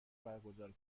برگزار